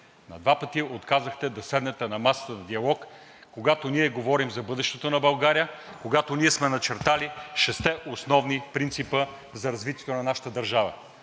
на два пъти отказахте да седнете на масата за диалог, когато говорим за бъдещето на България, когато сме начертали шестте основни принципа за развитието на нашата държава.